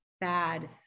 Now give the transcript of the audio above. bad